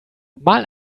mal